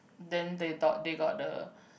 then they thought they got the